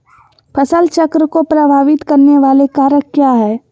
फसल चक्र को प्रभावित करने वाले कारक क्या है?